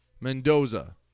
Mendoza